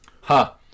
ha